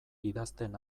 idazten